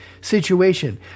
situation